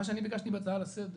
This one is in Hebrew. מה שאני ביקשתי בהצעה לסדר,